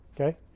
Okay